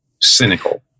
cynical